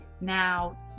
now